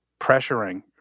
pressuring